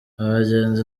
abagenzi